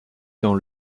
dans